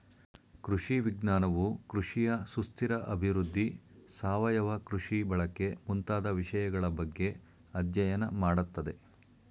ಕೃಷಿ ವಿಜ್ಞಾನವು ಕೃಷಿಯ ಸುಸ್ಥಿರ ಅಭಿವೃದ್ಧಿ, ಸಾವಯವ ಕೃಷಿ ಬಳಕೆ ಮುಂತಾದ ವಿಷಯಗಳ ಬಗ್ಗೆ ಅಧ್ಯಯನ ಮಾಡತ್ತದೆ